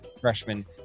freshman